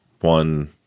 one